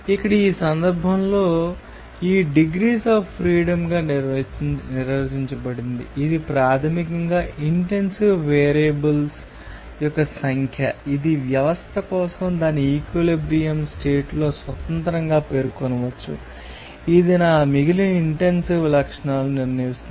ఇక్కడ ఈ సందర్భంలో ఈ డిగ్రీస్ అఫ్ ఫ్రీడమ్ గా నిర్వచించబడింది ఇది ప్రాథమికంగా ఇంటెన్సివ్ వేరియబుల్స్ యొక్క సంఖ్య ఇది వ్యవస్థ కోసం దాని ఈక్విలిబ్రియం స్టేట్ లో స్వతంత్రంగా పేర్కొనవచ్చు ఇది నా మిగిలిన ఇంటెన్సివ్ లక్షణాలను నిర్ణయిస్తుంది